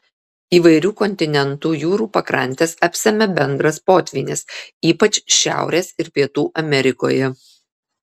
įvairių kontinentų jūrų pakrantes apsemia bendras potvynis ypač šiaurės ir pietų amerikoje